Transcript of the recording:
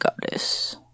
goddess